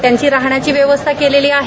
त्यांची राहण्याची व्यवस्था केलेली आहे